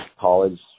college